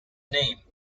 name